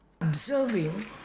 Observing